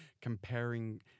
Comparing